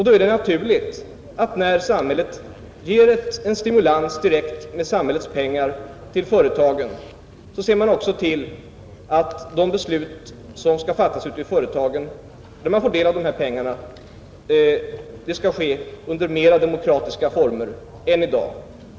Då är det naturligt att när samhället ger en stimulans direkt till företagen med samhällets pengar också se till att de beslut som fattas ute i företagen om fördelningen av dessa pengar sker i mera demokratiska former än i dag.